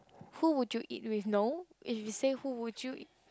who would you eat with no if you say who would you eat